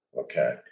okay